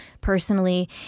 personally